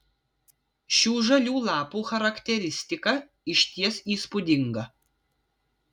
šių žalių lapų charakteristika išties įspūdinga